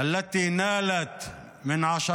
לא באופן